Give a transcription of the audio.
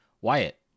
Wyatt